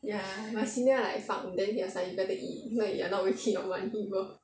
ya my senior like 放 then he was like you better eat if not you're not making your money worth